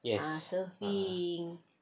yes ah